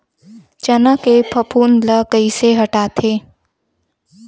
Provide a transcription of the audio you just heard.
चना के फफूंद ल कइसे हटाथे?